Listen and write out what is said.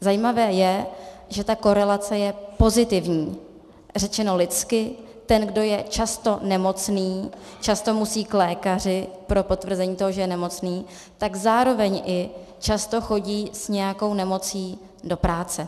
Zajímavé je, že ta korelace je pozitivní, řečeno lidsky, ten, kdo je často nemocný, často musí k lékaři pro potvrzení toho, že je nemocný, tak zároveň i často chodí s nějakou nemocí do práce.